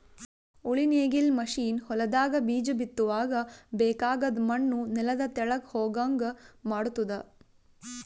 ಉಳಿ ನೇಗಿಲ್ ಮಷೀನ್ ಹೊಲದಾಗ ಬೀಜ ಬಿತ್ತುವಾಗ ಬೇಕಾಗದ್ ಮಣ್ಣು ನೆಲದ ತೆಳಗ್ ಹೋಗಂಗ್ ಮಾಡ್ತುದ